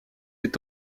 est